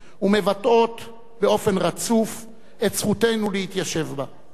ומבטאות באופן רצוף את זכותנו להתיישב בה.